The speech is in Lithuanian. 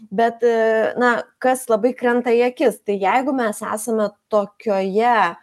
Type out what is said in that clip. bet aaa na kas labai krenta į akis tai jeigu mes esame tokioje